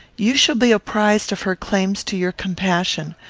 you shall be apprized of her claims to your compassion.